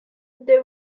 they